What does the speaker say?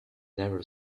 never